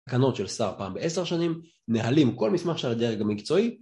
תקנות של שר פעם בעשר שנים, נהלים, כל מסמך של הדרג המקצועי